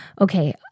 okay